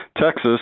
Texas